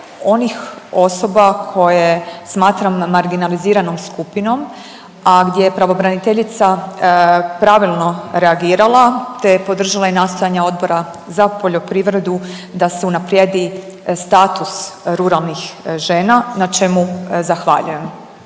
onih osoba koje smatram marginaliziranom skupinom, a gdje je pravobraniteljica pravilno reagirala te je podržala i nastojanja Odbora za poljoprivredu da se unaprijedi status ruralnih žena na čemu zahvaljujem.